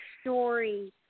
story